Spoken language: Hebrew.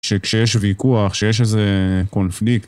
שכשיש ויכוח, כשיש איזה קונפליקט...